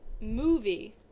Movie